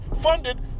funded